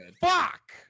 fuck